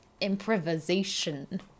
Improvisation